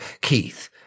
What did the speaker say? Keith